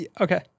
Okay